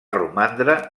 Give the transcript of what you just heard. romandre